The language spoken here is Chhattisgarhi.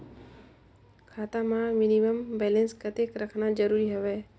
खाता मां मिनिमम बैलेंस कतेक रखना जरूरी हवय?